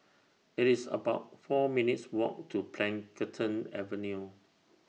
IT IS about four minutes' Walk to Plantation Avenue